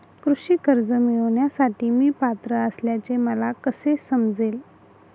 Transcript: कृषी कर्ज मिळविण्यासाठी मी पात्र असल्याचे मला कसे समजेल?